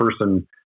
person